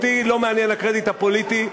אותי לא מעניין הקרדיט הפוליטי,